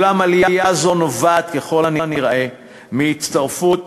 אולם עלייה זאת נובעת ככל הנראה מהצטרפות